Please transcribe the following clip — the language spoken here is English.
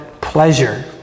pleasure